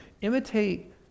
imitate